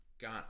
got